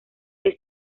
que